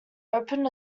opened